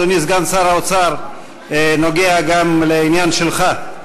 אדוני סגן שר האוצר, זה נוגע גם לעניין שלך.